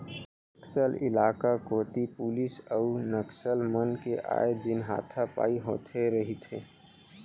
नक्सल इलाका कोती पुलिस अउ नक्सल मन के आए दिन हाथापाई होथे रहिथे